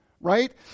right